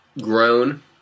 grown